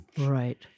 Right